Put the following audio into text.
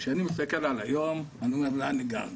אבל כשאני מסתכל על היום, אני שואל לאן הגענו?